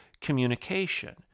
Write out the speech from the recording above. communication